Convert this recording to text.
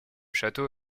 château